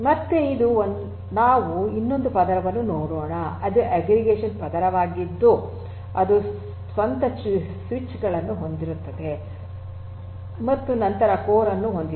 ಮತ್ತು ಇದು ನಾವು ಇನ್ನೊಂದು ಪದರವನ್ನು ನೋಡೋಣ ಅದು ಅಗ್ರಿಗೇಷನ್ ಪದರವಾಗಿದ್ದು ಅದು ಸ್ವಂತ ಸ್ವಿಚ್ ಗಳನ್ನು ಹೊಂದಿರುತ್ತದೆ ಮತ್ತು ನಂತರ ಕೋರ್ ಅನ್ನು ಹೊಂದಿದೆ